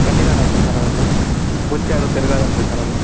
ಕಲ್ಲಿನ ರಥ ಸರ್ ಅದು ಮುಂಚೆ ಅದು ತಿರ್ಗೋದಂತೆ ಸರ್ ಅದು